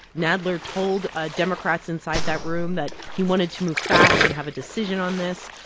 nadler told ah democrats inside that room that he wanted to move fast and have a decision on this.